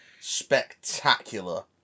spectacular